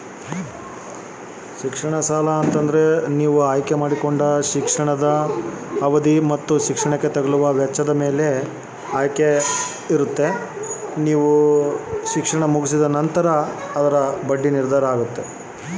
ಶಿಕ್ಷಣ ಸಾಲಕ್ಕೆ ಎಷ್ಟು ಮಂಜೂರು ಮಾಡ್ತೇರಿ ಮತ್ತು ಬಡ್ಡಿದರ ಎಷ್ಟಿರ್ತೈತೆ?